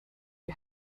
you